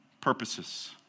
purposes